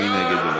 מי נגד?